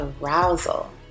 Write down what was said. arousal